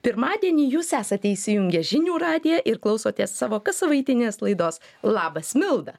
pirmadienį jūs esate įsijungę žinių radiją ir klausotės savo kassavaitinės laidos labas milda